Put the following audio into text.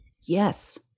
Yes